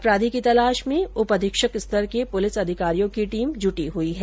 अपराधी की तलाश में उप अधीक्षक स्तर के पुलिस अधिकारियों की टीम जुटी हुई है